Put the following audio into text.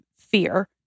fear